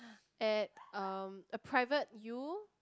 at um a private U